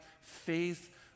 faith